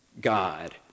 God